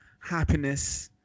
happiness